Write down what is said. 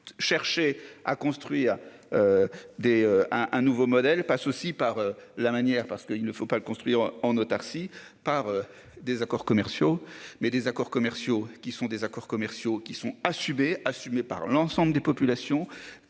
Chercher à construire. Des, un, un nouveau modèle passe aussi par la manière parce qu'il ne faut pas le construire en autarcie par des accords commerciaux mais des accords commerciaux qui sont des accords commerciaux qui sont assumées assumée par l'ensemble des populations